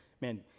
man